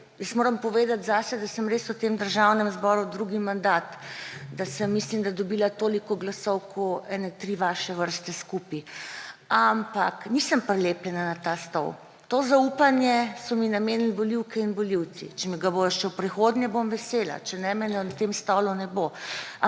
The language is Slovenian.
Jaz moram povedati za sebe, da sem res v tem državnem zboru drugi mandat, da sem, mislim, dobila toliko glasov kot okoli tri vaše vrste skupaj, ampak nisem prilepljena na ta stol. To zaupanje so mi namenili volivke in volivci, če mi ga bodo še v prihodnje, bom vesela, če ne, me na tem stolu ne bo.